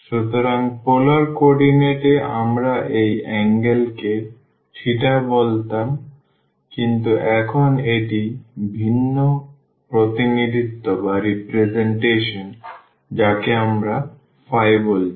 সুতরাং polar coordinate এ আমরা এই অ্যাঙ্গেলকে বলতাম কিন্তু এখন এটি ভিন্ন প্রতিনিধিত্ব যাকে আমরা বলছি